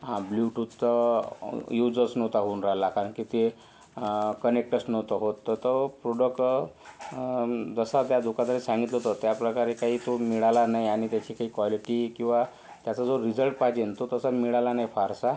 हां ब्लूटूथचा यूजच नव्हता होऊन राहिला कारण की ते कनेक्टच नव्हतं होत तर तो प्रॉडक्ट जसा त्या दुकानदाराने सांगितलं होतं त्या प्रकारे काही तो मिळाला नाही आणि त्याची काही क्वालिटी किंवा त्याचा जो रिजल्ट पायजेन तो तसा मिळाला नाही फारसा